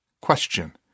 Question